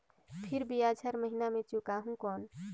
फिर ब्याज हर महीना मे चुकाहू कौन?